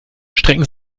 strecken